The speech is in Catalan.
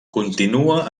continua